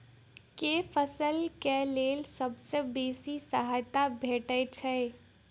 केँ फसल केँ लेल सबसँ बेसी सहायता भेटय छै?